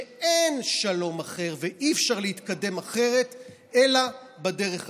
שאין שלום אחר ואי-אפשר להתקדם אחרת אלא בדרך הזאת.